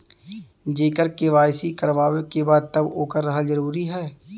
जेकर के.वाइ.सी करवाएं के बा तब ओकर रहल जरूरी हे?